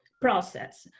process.